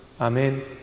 Amen